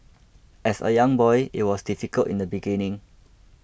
as a young boy it was difficult in the beginning